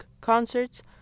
concerts